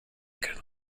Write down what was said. could